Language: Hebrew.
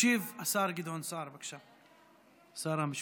ישיב השר גדעון סער, בבקשה, שר המשפטים.